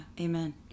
amen